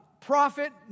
prophet